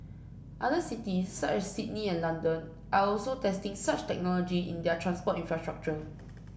other cities such as Sydney and London are also testing such technology in their transport infrastructure